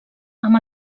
amb